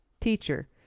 Teacher